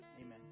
amen